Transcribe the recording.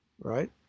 right